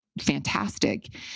fantastic